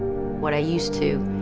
what i used to,